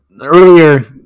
earlier